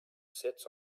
sits